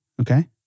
okay